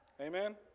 Amen